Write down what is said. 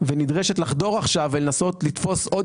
ונדרשת לחדור עכשיו ולנסות לתפוס עוד